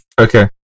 Okay